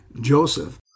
Joseph